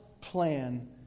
plan